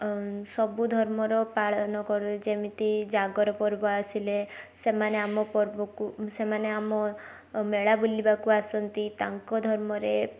ସବୁ ଧର୍ମର ପାଳନକରୁ ଯେମିତି ଜାଗର ପର୍ବ ଆସିଲେ ସେମାନେ ଆମ ପର୍ବକୁ ସେମାନେ ଆମ ମେଳା ବୁଲିବାକୁ ଆସନ୍ତି ତାଙ୍କ ଧର୍ମରେ